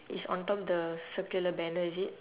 it's on top the circular banner is it